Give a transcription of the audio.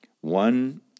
one